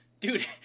Dude